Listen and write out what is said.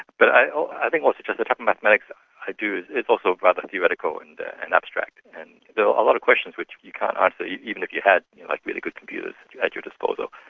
but i think also just the type of mathematics i do is also rather theoretical and and abstract, and there are a lot of questions which you can't ah answer, even if you had like really good computers at your disposal.